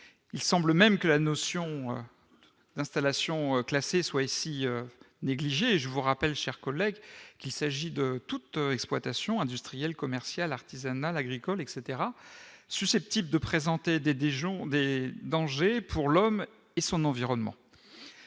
il semble même que la notion d'installations classées soit ici négligés et je vous rappelle chère collègue qu'il s'agit de toute exploitation industrielle, commerciale, artisanale, agricole etc susceptibles de présenter des des gens sondés danger pour l'homme et son environnement,